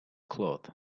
cloth